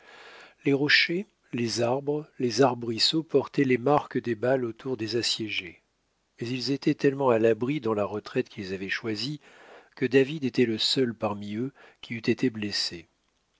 les rochers les arbres les arbrisseaux portaient les marques des balles autour des assiégés mais ils étaient tellement à l'abri dans la retraite qu'ils avaient choisie que david était le seul parmi eux qui eût été blessé